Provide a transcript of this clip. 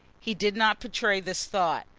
he did not betray this thought,